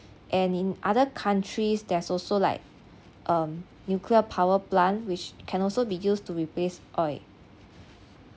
and in other countries there's also like um nuclear power plant which can also be used to replace oil